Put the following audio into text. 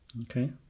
Okay